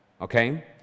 Okay